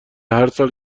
هرسال